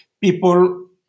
People